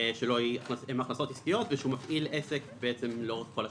שלו הן הכנסות עסקיות ושמפעיל עסק לאורך כל השנה.